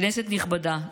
כנסת נכבדה,